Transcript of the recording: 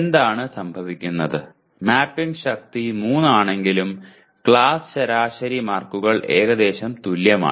എന്താണ് സംഭവിക്കുന്നത് മാപ്പിംഗ് ശക്തി 3 ആണെങ്കിലും ശരാശരി ക്ലാസ് മാർക്കുകൾ ഏകദേശം തുല്യമാണ്